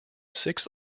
six